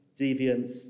deviance